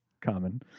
common